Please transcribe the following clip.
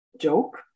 joke